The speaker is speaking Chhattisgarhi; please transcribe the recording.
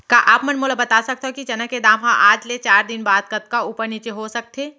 का आप मन मोला बता सकथव कि चना के दाम हा आज ले चार दिन बाद कतका ऊपर नीचे हो सकथे?